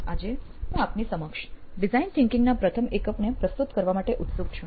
આજે હું આપની સમક્ષ ડિઝાઇન થીંકીંગ ના પ્રથમ એકમને પ્રસ્તુત કરવા માટે ઉત્સુક છું